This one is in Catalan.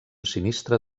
sinistre